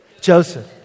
Joseph